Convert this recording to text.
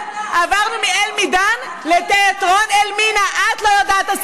את לא יודעת.